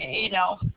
you know.